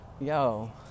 Yo